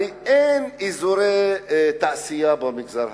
הרי אין אזורי תעשייה במגזר הערבי,